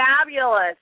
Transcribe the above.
fabulous